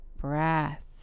breath